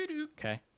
Okay